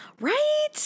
Right